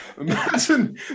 imagine